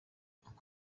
uncle